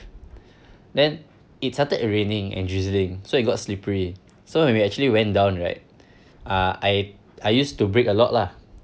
then it started raining and drizzling so it got slippery so when we actually went down right uh I I used to brake a lot lah